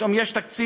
פתאום יש תקציב